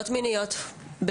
אף אחד לא מתחייב לשמור עליי,